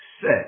set